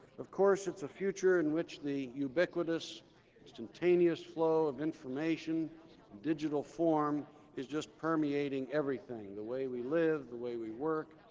of course, it's a future in which the ubiquitous instantaneous flow of information in digital form is just permeating everything the way we live, the way we work,